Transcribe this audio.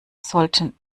sollten